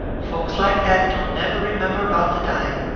folks like dat don't never remember about de dime.